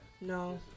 No